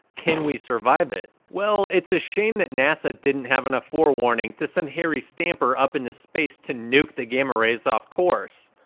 can we survive it? well it's a shame that nasa didn't have enough forewarning to send harry stamper up into space to nuke the gamma rays off course.